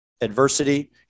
adversity